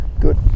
good